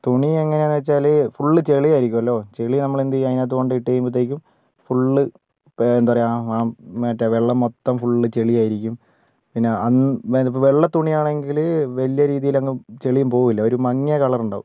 തുണി എങ്ങനെയാണെന്ന് വച്ചാൽ ഫുള്ള് ചളിയായിരിക്കുമല്ലോ ചളി നമ്മൾ എന്തു ചെയ്യും അതിനകത്ത് കൊണ്ടുപോയി ഇട്ടുകഴിയുമ്പോഴത്തേക്കും ഫുള്ള് എന്താ പറയുക മറ്റേ വെള്ളം മൊത്തം ഫുള്ള് ചളിയായിരിക്കും പിന്നെ വെള്ളത്തുണിയാണെങ്കിൽ വലിയ രീതിയിലങ്ങ് ചളിയും പോകില്ല ഒരു മങ്ങിയ കളറുണ്ടാകും